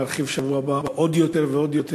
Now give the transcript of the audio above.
שבשבוע הבא נרחיב עוד יותר ועוד יותר.